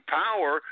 power